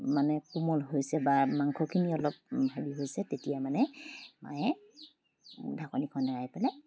মানে কোমল হৈছে বা মাংসখিনি অলপ হেৰি হৈছে তেতিয়া মানে মায়ে ঢাকনিখন এৰাই পেলাই